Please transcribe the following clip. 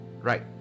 Right